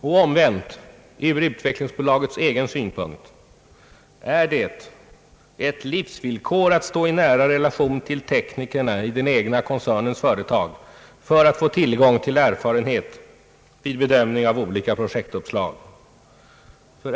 Omvänt är det för utvecklingsbolagets egen del ett livsvillkor att stå i nära relation till teknikerna i den egna koncernens företag för att därmed få tillgång till erfarenhet vid bedömningen av olika projektuppslag.